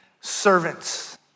servants